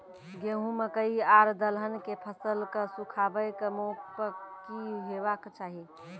गेहूँ, मकई आर दलहन के फसलक सुखाबैक मापक की हेवाक चाही?